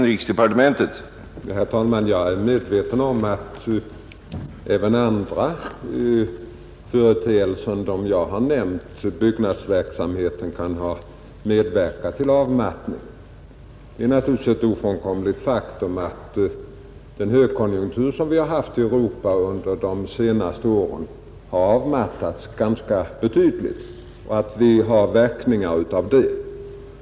Herr talman! Jag är medveten om att även andra företeelser än den jag har nämnt kan ha medverkat till avmattningen. Det är naturligtvis ett ofrånkomligt faktum att den högkonjunktur som vi haft i Europa under de senaste åren har mattats ganska betydligt och att vi får känna verkningarna av det.